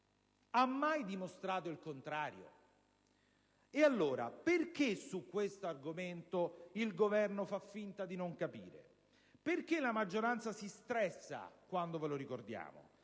ha mai dimostrato il contrario? E allora, perché su questo argomento il Governo fa finta di non capire? Perché la maggioranza si stressa quando ve lo ricordiamo?